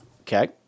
Okay